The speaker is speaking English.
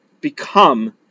Become